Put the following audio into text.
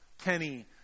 Kenny